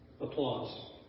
Applause